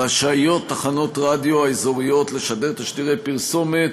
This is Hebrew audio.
רשאיות תחנות רדיו אזוריות לשדר תשדירי פרסומת